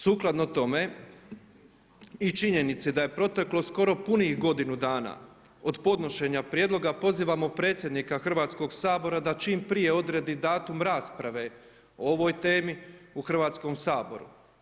Sukladno tome i činjenici da je protokol skoro punih godinu dana od podnošenja prijedloga, pozivamo predsjednika Hrvatskog sabora da čim prije odredi datum rasprave o ovoj temi u Hrvatskom saboru.